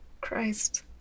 Christ